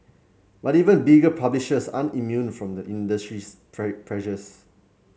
but even bigger publishers aren't immune from the industry's pressures